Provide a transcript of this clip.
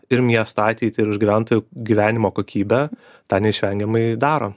ir miesto ateitį ir už gyventojų gyvenimo kokybę tą neišvengiamai daro